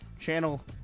channel